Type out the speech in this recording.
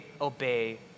obey